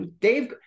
dave